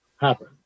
happen